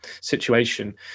situation